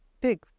big